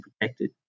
protected